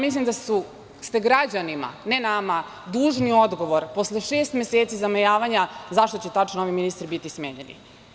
Mislim da ste građanima, ne nama, dužni odgovor, posle šest meseci zamajavanja, zašto će tačno ovi ministri biti smenjeni.